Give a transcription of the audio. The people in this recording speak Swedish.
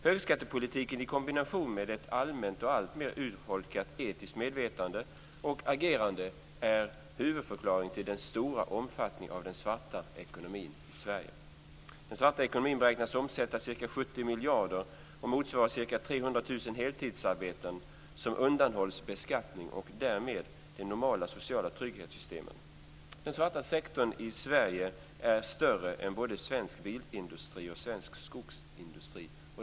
Högskattepolitiken i kombination med ett allmänt och alltmer urholkat etiskt medvetande och agerande är huvudförklaringen till den stora omfattningen av den svarta ekonomin i Sverige. Den svarta ekonomin beräknas omsätta ca 70 miljarder kronor och motsvarar ca 300 000 heltidsarbeten som undanhålls beskattning och därmed de normala sociala trygghetssystemen. Den svarta sektorn i Sverige är större än både svensk bilindustri och svensk skogsindustri.